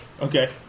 Okay